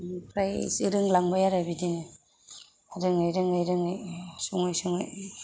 आमफ्रायसो रोंलांबाय आरो बिदिनो रोङै रोङै रोङै सङै सङै